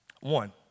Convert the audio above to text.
One